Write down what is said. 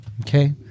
Okay